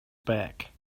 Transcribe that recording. back